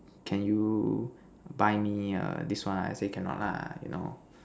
can you buy me err this one I say cannot lah you know